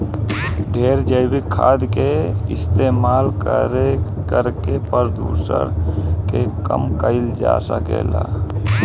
ढेरे जैविक खाद के इस्तमाल करके प्रदुषण के कम कईल जा सकेला